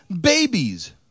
babies